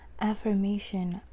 Affirmation